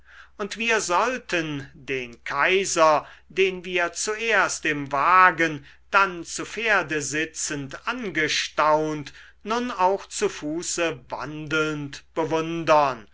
und wir sollten den kaiser den wir zuerst im wagen dann zu pferde sitzend angestaunt nun auch zu fuße wandelnd bewundern